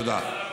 תודה.